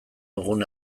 dugun